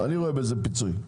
אני רואה בזה פיצוי.